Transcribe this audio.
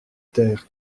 terre